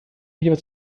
etwas